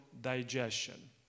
digestion